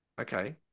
okay